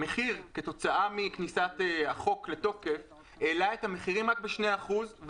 המחיר כתוצאה מכניסת החוק לתוקף העלה את המחירים רק בשני אחוזים,